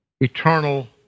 eternal